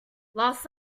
last